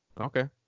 okay